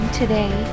today